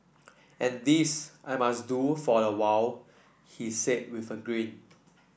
and this I might do for a while he says with a grin